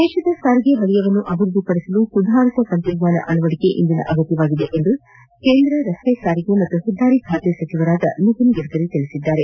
ದೇಶದ ಸಾರಿಗೆ ವಲಯವನ್ನು ಅಭಿವೃದ್ಲಿಪಡಿಸಲು ಸುಧಾರಿತ ತಂತ್ರಜ್ಞಾನ ಅಳವಡಿಕೆ ಇಂದಿನ ಅಗತ್ಯವಾಗಿದೆ ಎಂದು ಕೇಂದ್ರ ರಸ್ತೆ ಸಾರಿಗೆ ಮತ್ತು ಹೆದ್ದಾರಿ ಖಾತೆ ಸಚಿವರಾದ ನಿತಿನ್ ಗಡ್ಡರಿ ತಿಳಿಸಿದ್ದಾರೆ